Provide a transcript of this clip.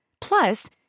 Plus